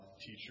teacher